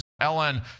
Ellen